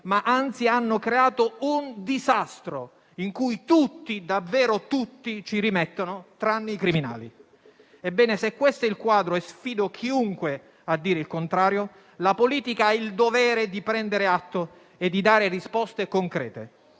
ma anzi hanno creato un disastro in cui tutti - davvero tutti - ci rimettono, tranne i criminali. Ebbene, se questo è il quadro - e sfido chiunque a dire il contrario - la politica ha il dovere di prenderne atto e di dare risposte concrete.